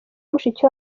mushiki